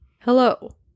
Hello